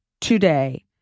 today